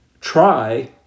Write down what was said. try